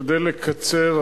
אשתדל לקצר.